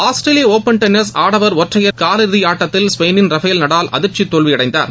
ஆஸ்திரேலிய open tennis ஆடவா் ஒற்றையா் காலிறுதி ஆட்டத்தில் ஸ்பெயினின் ரஃபேல் நடால் அதிர்ச்சி தோல்வி அடைந்தார்